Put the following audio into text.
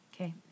Okay